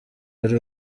bari